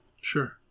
Sure